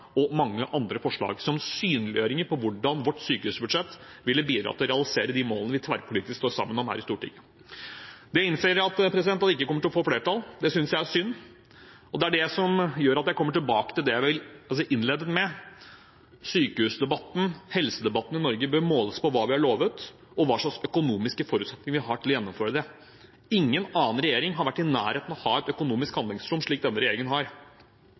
og mange andre forslag som synliggjøringer av hvordan vårt sykehusbudsjett ville bidra til å realisere de målene vi tverrpolitisk står sammen om her i Stortinget. Det innser jeg at ikke kommer til å få flertall. Det synes jeg er synd, og det er det som gjør at jeg kommer tilbake til det jeg innledet med: Sykehusdebatten, helsedebatten i Norge, bør måles på hva vi har lovet, og hva slags økonomiske forutsetninger vi har til å gjennomføre det. Ingen annen regjering har vært i nærheten av å ha et økonomisk handlingsrom slik denne regjeringen har.